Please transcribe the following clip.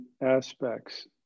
aspects